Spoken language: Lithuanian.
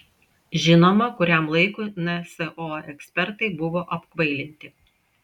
žinoma kuriam laikui nso ekspertai buvo apkvailinti